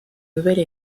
nouvelle